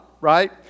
right